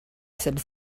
some